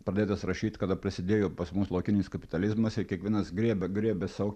pradėtas rašyt kada prasidėjo pas mus laukinis kapitalizmas ir kiekvienas griebė griebė sau